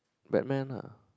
Batman ah